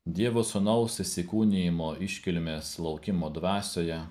dievo sūnaus įsikūnijimo iškilmės laukimo dvasioje